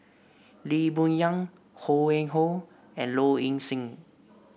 Lee Boon Yang Ho Yuen Hoe and Low Ing Sing